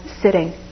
sitting